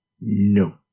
No